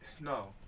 no